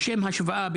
לשם השוואה,